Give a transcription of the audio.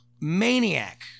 Maniac